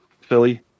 Philly